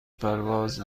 پرواز